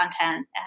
content